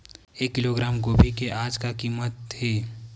एक किलोग्राम गोभी के आज का कीमत हे?